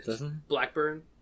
Blackburn